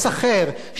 שיקול זר,